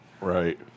Right